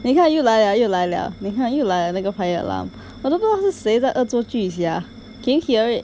你看又来了又来了你看又来那 fire alarm 我都不懂是谁的恶作剧 sia can you hear it